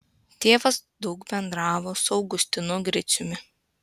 tėvas daug bendravo su augustinu griciumi